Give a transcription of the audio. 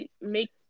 make